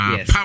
Yes